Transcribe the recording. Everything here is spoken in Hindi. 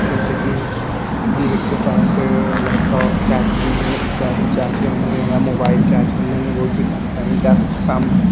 जैसे कि हम लोग के पास लैपटॉप चार्ज करने इत्यादि चार्ज करने या मोबाइल चार्ज करने में बहुत ही कठिनाई का सामना